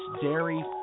dairy